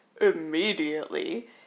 immediately